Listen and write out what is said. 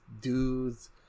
dudes